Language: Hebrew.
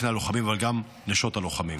בפני הלוחמים אבל גם בפני נשות הלוחמים.